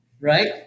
Right